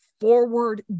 forward